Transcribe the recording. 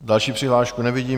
Další přihlášku nevidím.